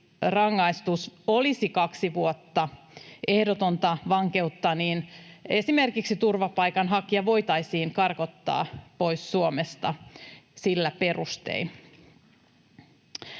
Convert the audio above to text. rangaistus olisi kaksi vuotta ehdotonta vankeutta, niin esimerkiksi turvapaikanhakija voitaisiin karkottaa pois Suomesta sillä perusteella.